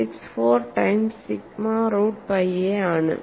64 times sigma root pi a ആണ്